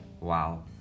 Wow